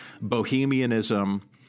bohemianism